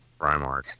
Primarch